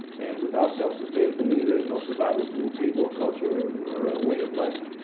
and without self-sustainability there is no survival to a people, a culture, or a way of life.